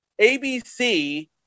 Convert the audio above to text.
ABC